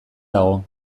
dago